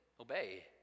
obey